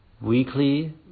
weekly